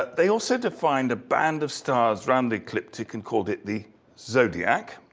they also defined a band of stars around the ecliptic and called it the zodiac,